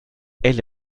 egli